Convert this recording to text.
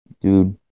dude